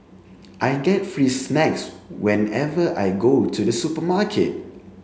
I get free snacks whenever I go to the supermarket